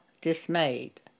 dismayed